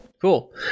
cool